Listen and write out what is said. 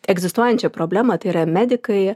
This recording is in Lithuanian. egzistuojančią problemą tai yra medikai